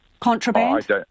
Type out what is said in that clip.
Contraband